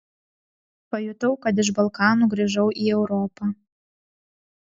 pajutau kad iš balkanų grįžau į europą